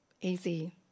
easy